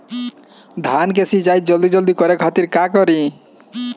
धान के सिंचाई जल्दी करे खातिर का करी?